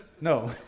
No